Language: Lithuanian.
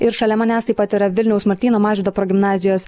ir šalia manęs taip pat yra vilniaus martyno mažvydo progimnazijos